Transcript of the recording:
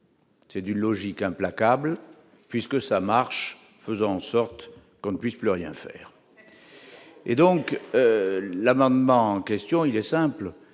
C'est d'une logique implacable puisque ça marche, faisant en sorte qu'on ne puisse plus rien faire et donc l'amendement en question, il est simple